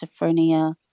schizophrenia